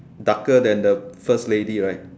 darker than the first lady right